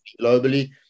globally